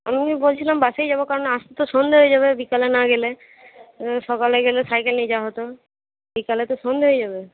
আমি বলছিলাম বাসেই যাব কারণ আসতে তো সন্ধে হয়ে যাবে বিকালে না গেলে সকালে গেলে সাইকেল নিয়ে যাওয়া হতো বিকালে তো সন্ধে হয়ে যাবে